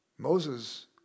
Moses